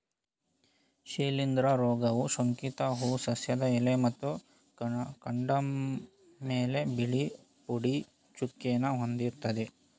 ಶಿಲೀಂಧ್ರ ರೋಗವು ಸೋಂಕಿತ ಹೂ ಸಸ್ಯದ ಎಲೆ ಮತ್ತು ಕಾಂಡದ್ಮೇಲೆ ಬಿಳಿ ಪುಡಿ ಚುಕ್ಕೆನ ಹೊಂದಿರ್ತದೆ